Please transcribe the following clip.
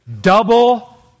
double